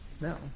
No